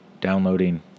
downloading